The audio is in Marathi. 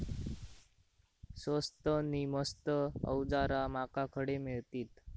स्वस्त नी मस्त अवजारा माका खडे मिळतीत?